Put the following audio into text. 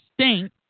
stink